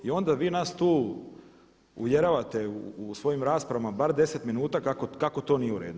I onda vi nas tu uvjeravate u svojim raspravama bar 10 minuta kako to nije u redu.